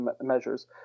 measures